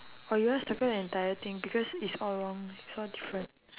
or you want circle the entire thing because it's all wrong it's all different